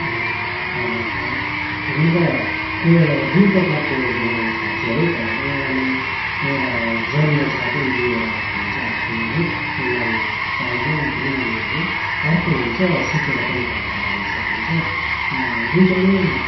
कलाकार हुनु त को दुई प्रकारको म ठान्छु है कलाको एउटाले एउटा जन्मजातै लिएर आएको हुन्छ आफ्नो है उसलाई चाहिँदैन कुनै उयोहरू अर्को हुन्छ सिकेर पनि कलाकार हुनु सकिन्छ दुईवटामा